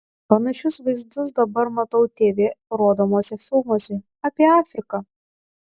panašius vaizdus dabar matau tv rodomuose filmuose apie afriką